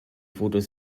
fotos